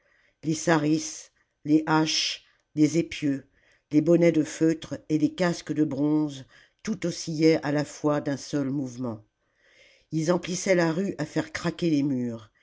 les sarisses les haches les épieux les bonnets de feutre et les casques de bronze tout oscillait à la fois d'un seul mouvement ils emplissaient la rue à faire craquer les murs